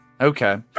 Okay